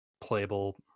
playable